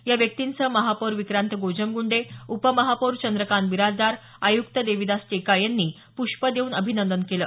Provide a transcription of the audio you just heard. या व्यक्तींचं महापौर विक्रांत गोजमगुंडे उपमहापौर चंद्रकांत बिराजदार आयुक्त देविदास टेकाळे यांनी पुष्प देवून अभिनंदन केलं